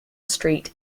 street